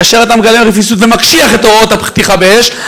כאשר אתה מגלה רפיסות ומקשיח את הוראות הפתיחה באש,